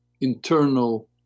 internal